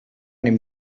dem